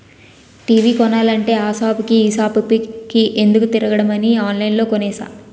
TV కొనాలంటే ఆ సాపుకి ఈ సాపుకి ఎందుకే తిరగడమని ఆన్లైన్లో కొనేసా